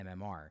MMR